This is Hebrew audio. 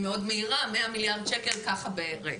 מאוד מהירה 100 מיליארד שקל ברגע.